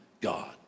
God